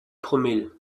promille